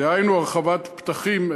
דהיינו הרחבת פתחים,